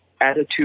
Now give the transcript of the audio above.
attitude